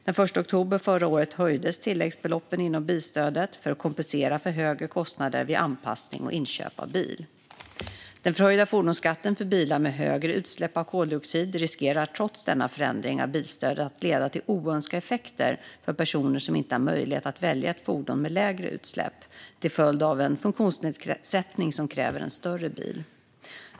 Den 1 oktober förra året höjdes tilläggsbeloppen inom bilstödet för att kompensera för högre kostnader vid anpassning och inköp av bil. Den förhöjda fordonsskatten för bilar med högre utsläpp av koldioxid riskerar trots denna förändring av bilstödet att leda till oönskade effekter för personer som inte har möjlighet att välja ett fordon med lägre utsläpp, till följd av en funktionsnedsättning som kräver en större bil.